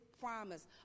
promise